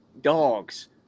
dogs